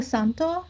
Santo